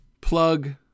Plug